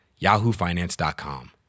yahoofinance.com